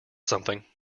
something